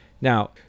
Now